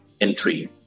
entry